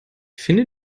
finde